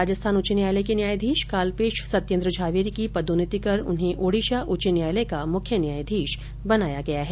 राजस्थान उच्च न्यायालय के न्यायाधीश काल्पेश सत्येन्द्र झावेरी की पर्दोन्नति कर उन्हें ओडिशा उच्च न्यायालय का मुख्य न्यायाधीश बनाया गया है